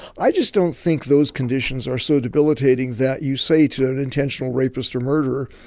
i just don't think those conditions are so debilitating that you say to an intentional rapist or murderer.